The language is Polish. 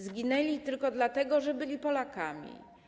Zginęli tylko dlatego, że byli Polakami.